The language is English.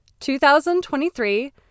2023